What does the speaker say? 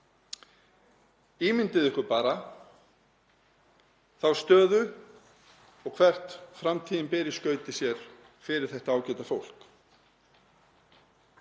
Ímyndið ykkur bara þá stöðu og hvað framtíðin ber í skauti sér fyrir þetta ágæta fólk.